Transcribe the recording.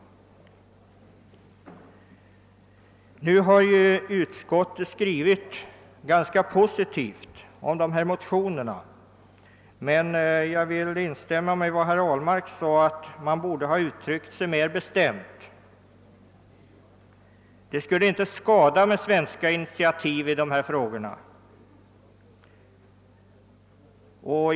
Utskottet har skrivit ganska positivt om dessa motioner, men jag vill instämma i vad herr Ahlmark sade att man borde ha uttryckt sig mera bestämt. Det skulle inte skada med svenska initiativ i dessa frågor.